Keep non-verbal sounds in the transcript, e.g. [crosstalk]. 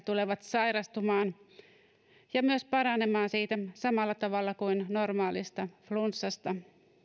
[unintelligible] tulevat sairastumaan ja myös paranemaan siitä samalla tavalla kuin normaalista flunssasta